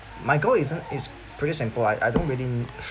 my goal isn't it's pretty simple I I don't really